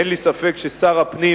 אין לי ספק ששר הפנים,